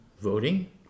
voting